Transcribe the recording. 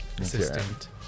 assistant